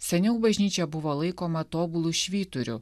seniau bažnyčia buvo laikoma tobulu švyturiu